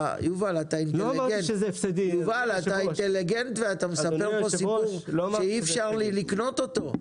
יובל אתה אינטליגנט ואתה מספר פה סיפור שאי אפשר לקנות אותו,